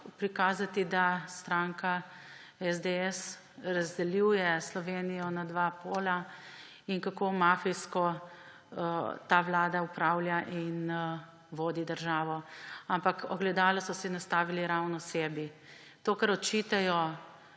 prikazati, da stranka SDS razdeljuje Slovenijo na dva pola in kako mafijsko ta vlada upravlja in vodi državo. Ampak ogledalo so nastavili ravno sebi. To, kar očitajo